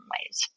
ways